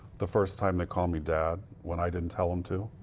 the first time they call me dad. when i didn't tell them to.